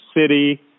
city